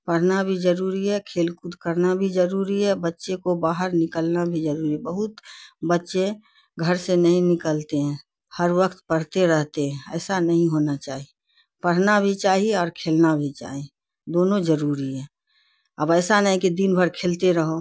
پڑھنا بھی ضروری ہے کھیل کود کرنا بھی ضروری ہے بچے کو باہر نکلنا بھی ضروری ہے بہت بچے گھر سے نہیں نکلتے ہیں ہر وقت پڑھتے رہتے ہیں ایسا نہیں ہونا چاہی پڑھنا بھی چاہی اور کھیلنا بھی چاہی دونوں ضروری ہے اب ایسا نہیں ہے کہ دن بھر کھیلتے رہو